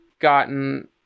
gotten